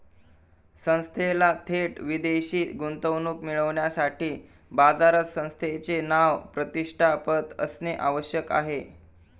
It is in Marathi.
संस्थेला थेट विदेशी गुंतवणूक मिळविण्यासाठी बाजारात संस्थेचे नाव, प्रतिष्ठा, पत असणे आवश्यक आहे